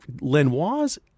Lenoir's